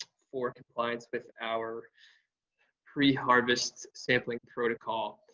for compliance with our pre-harvest sampling protocol.